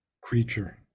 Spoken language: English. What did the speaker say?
creature